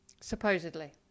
Supposedly